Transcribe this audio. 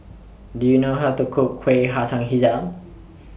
Do YOU know How to Cook Kuih Hijau